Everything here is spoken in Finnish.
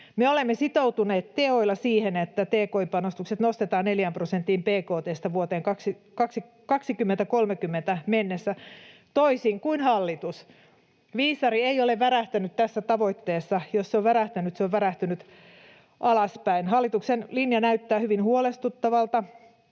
Me olemme sitoutuneet teoilla siihen, että tki-panostukset nostetaan neljään prosenttiin bkt:stä vuoteen 2030 mennessä — toisin kuin hallitus: viisari ei ole värähtänyt tässä tavoitteessa, ja jos se on värähtänyt, se on värähtänyt alaspäin. Hallituksen linja näyttää hyvin huolestuttavalta.